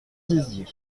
dizier